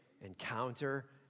Encounter